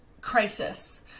crisis